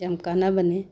ꯌꯥꯝ ꯀꯥꯟꯅꯕꯅꯤ